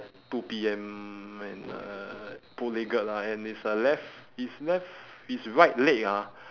two P_M and uh bow legged lah and his uh left his left his right leg ah